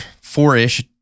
four-ish